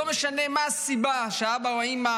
לא משנה מה הסיבה שהאבא או האימא